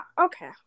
okay